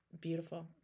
beautiful